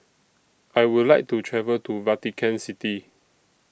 I Would like to travel to Vatican City